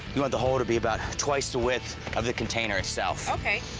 you want the hole to be about twice the width of the container itself. okay.